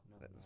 no